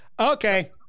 Okay